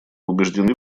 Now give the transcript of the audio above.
убеждены